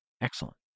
Excellent